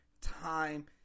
time